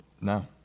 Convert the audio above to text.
No